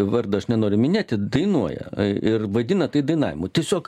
vardo aš nenori minėti dainuoja ir vadina tai dainavimu tiesiog